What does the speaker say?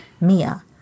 Mia